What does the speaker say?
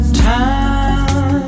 time